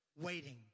waiting